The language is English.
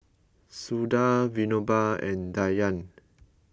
Suda Vinoba and Dhyan